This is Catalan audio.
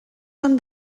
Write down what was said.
són